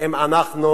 אם אנחנו